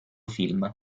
film